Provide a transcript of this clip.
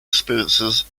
experiences